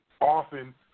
Often